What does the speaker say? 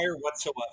whatsoever